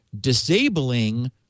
disabling